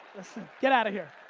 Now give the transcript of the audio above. listen. get out of here.